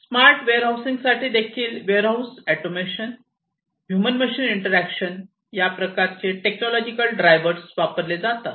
smart warehousing साठी देखील warehouse automation आणि ह्युमन मशीन इंटरॅक्शन या प्रकारचे टेक्नॉलॉजिकल ड्रायव्हर्स वापरले जातात